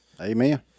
Amen